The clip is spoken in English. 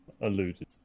alluded